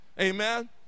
Amen